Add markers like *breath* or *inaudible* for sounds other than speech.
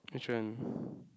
which one *breath*